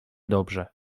dobrze